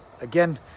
again